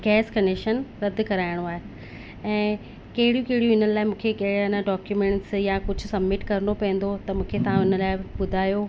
gas connection रद्द कराइणो आहे ऐं कहिड़ियूं कहिड़ियूं हिननि लाइ मूंखे की हिन डॉक्यूमेंट या कुझु सब्मिट करिणो पईंदो त मूंखे तव्हां हुन लाइ ॿुधायो